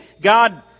God